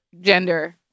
gender